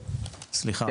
סליחה,